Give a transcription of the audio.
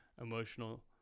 emotional